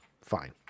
fine